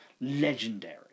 legendary